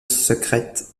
secrète